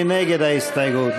מי נגד ההסתייגות?